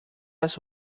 last